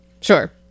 sure